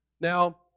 Now